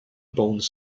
bonus